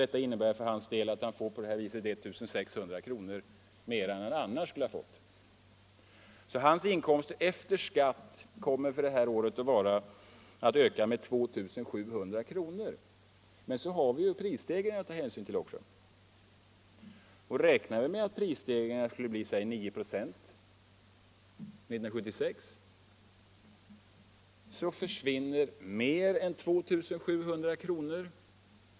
Det innebär för hans del att han får 1600 kr. mer än han annars skulle ha fått. Hans inkomst efter skatt kommer alltså för det här året att öka med 2 700 kr. Men sedan har vi prisstegringarna att ta hänsyn till också. Räknar vi med att prisstegringarna skulle bli 9 96 1976, så försvinner mer än 2 700 kr.